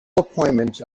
appointments